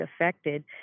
affected